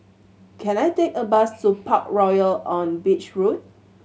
can I take a bus to Parkroyal on Beach Road